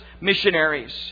missionaries